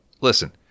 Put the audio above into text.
listen